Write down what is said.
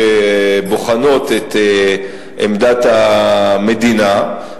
שבוחנות את עמדת המדינה,